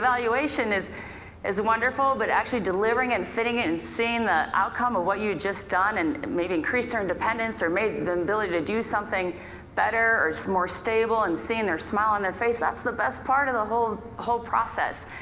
evaluation is is wonderful but actually delivering and fitting it and seeing the outcome of what you've just done and maybe increased their independence or make their ability to do something better or more stable and seeing their smile on their face, that's the best part of the whole whole process.